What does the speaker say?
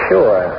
Sure